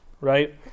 right